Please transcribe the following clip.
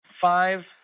five